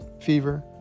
fever